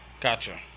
Gotcha